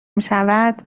میشود